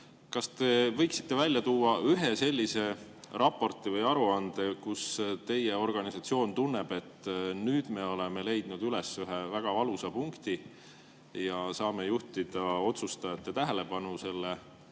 Kas te võiksite välja tuua ühe sellise raporti või aruande, kus teie organisatsioon tunneb, et nüüd me oleme leidnud üles ühe väga valusa punkti ja saame juhtida otsustajate tähelepanu nende